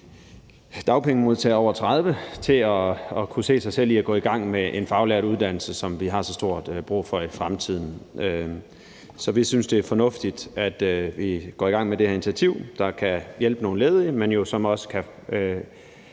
dagpengemodtagere over 30 år til at kunne se sig selv gå i gang med en faglært uddannelse, som vi har så stort behov for i fremtiden. Så vi synes, det er fornuftigt, at vi går i gang med det her initiativ, der kan hjælpe nogle ledige, men som jo også kan